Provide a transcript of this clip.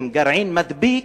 אם גרעין מידבק,